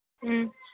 ꯎꯝ